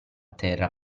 terra